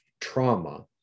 trauma